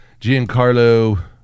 Giancarlo